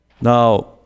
Now